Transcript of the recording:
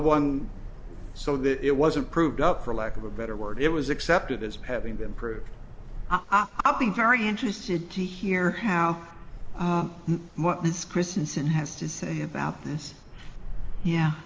one so that it wasn't proved up for lack of a better word it was accepted as having been proved i'd be very interested to hear how much this christianson has to say about this yeah